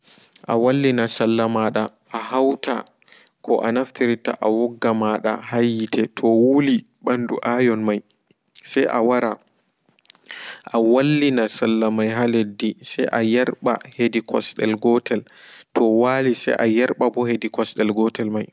A wallina salla maɗa a hauta ko a naftirta a wogga maɗa haa yiite to wuli ɓandu ayon may se a wara wallina sallamai haa leddi se a yerɓa hedi kosdel gotel to waali ɓo se ayerɓa ɓo hei kosdel gotel mai.